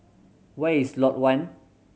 where is Lot One